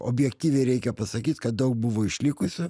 objektyviai reikia pasakyt kad daug buvo išlikusių